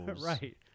Right